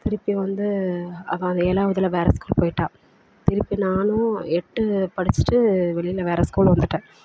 திருப்பி வந்து அவள் அந்த ஏழாவதுல வேறு ஸ்கூல் போய்ட்டா திருப்பி நானும் எட்டு படிச்சுட்டு வெளியில் வேறு ஸ்கூல் வந்துவிட்டேன்